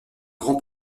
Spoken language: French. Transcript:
grand